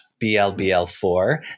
blbl4